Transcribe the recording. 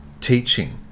Teaching